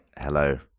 Hello